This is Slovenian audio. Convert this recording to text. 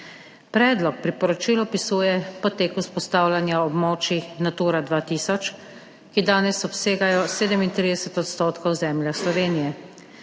Predlog priporočila opisuje potek vzpostavljanja območij Natura 2000, ki danes obsegajo 37 % ozemlja Slovenije.